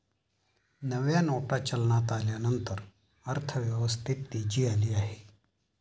नव्या नोटा चलनात आल्यानंतर अर्थव्यवस्थेत तेजी आली आहे